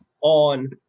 on